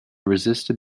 resisted